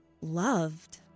loved